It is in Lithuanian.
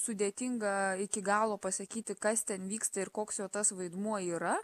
sudėtinga iki galo pasakyti kas ten vyksta ir koks jo tas vaidmuo yra